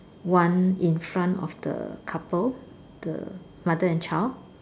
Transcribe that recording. one in front of the couple the mother and child